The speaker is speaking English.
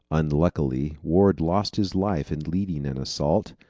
unluckily, ward lost his life in leading an assault,